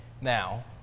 Now